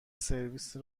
سرویس